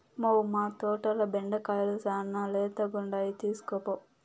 మ్మౌ, మా తోటల బెండకాయలు శానా లేతగుండాయి తీస్కోపో